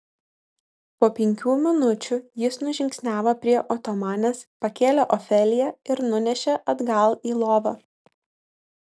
po penkių minučių jis nužingsniavo prie otomanės pakėlė ofeliją ir nunešė atgal į lovą